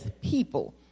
people